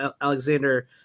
Alexander